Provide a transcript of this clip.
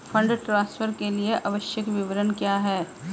Fund transfer के लिए आवश्यक विवरण क्या हैं?